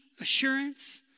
assurance